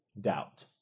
doubt